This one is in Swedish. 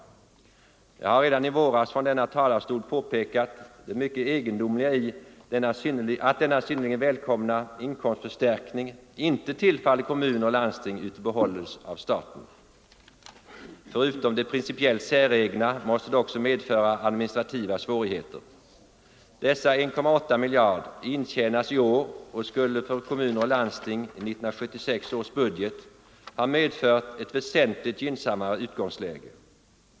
Jag påpekade redan i våras från denna talarstol det mycket egendomliga i att denna synnerligen välkomna inkomstförstärkning inte tillfaller kommuner och landsting utan behålls av staten. Förutom det principiellt säregna måste det också medföra administrativa svårigheter. Dessa 1,8 miljarder intjänas i år och skulle för kommuner och landsting i 1976 års budget ha medfört ett väsentligt gynnsammare utgångsläge.